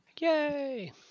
Yay